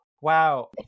Wow